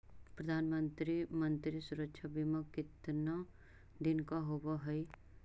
प्रधानमंत्री मंत्री सुरक्षा बिमा कितना दिन का होबय है?